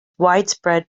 widespread